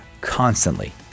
constantly